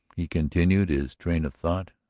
he continued his train of thought,